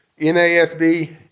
NASB